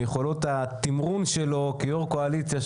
מיכולות התמרון שלו כיושב-ראש קואליציה,